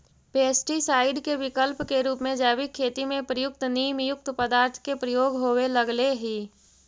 pesticide के विकल्प के रूप में जैविक खेती में प्रयुक्त नीमयुक्त पदार्थ के प्रयोग होवे लगले हि